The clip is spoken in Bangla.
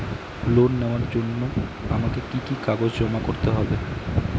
লোন নেওয়ার জন্য আমাকে কি কি কাগজ জমা করতে হবে?